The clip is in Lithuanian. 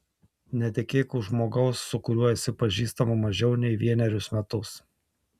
netekėk už žmogaus su kuriuo esi pažįstama mažiau nei vienerius metus